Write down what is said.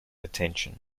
attention